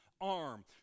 arm